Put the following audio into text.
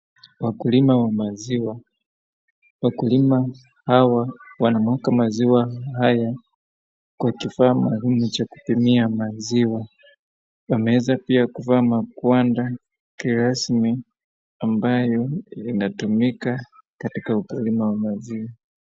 Wakulima wa maziwa, wakulima hawa wanamwaga maziwa haya kwa kifaa maalum cha kupimia maziwa. Wanaweza pia kuvaa makwanda kirasmi ambayo inatumika katika ukulima wa maziwa.